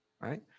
Right